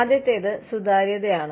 ആദ്യത്തേത് സുതാര്യതയാണ്